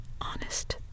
honest